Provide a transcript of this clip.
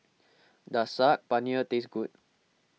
does Saag Paneer taste good